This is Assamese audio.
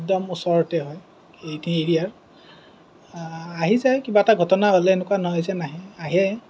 একদম ওচৰতে হয় এৰিয়াৰ আহি যায় কিবা এটা ঘটনা হ'লে এনেকুৱা নহয় যে নাহে আহে